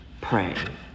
pray